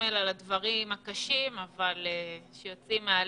סמל על הדברים הקשים אך חשובים.